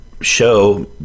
show